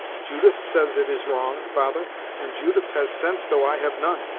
judith says it is wrong, father and judith has sense though i have none.